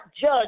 judge